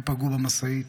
הם פגעו במשאית